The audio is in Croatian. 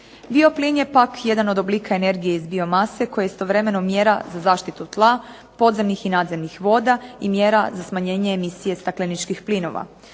Bio plin je pak jedan od oblika energije iz biomase koji istovremeno mjera za zaštitu tla, podzemnih i nadzemnih voda i mjera za smanjenje emisije stakleničkih plinova.